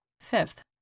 Fifth